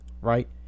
right